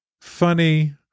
funny